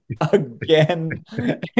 again